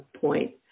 point